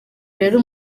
rero